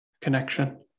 connection